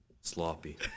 sloppy